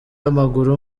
w’amaguru